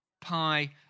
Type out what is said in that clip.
pi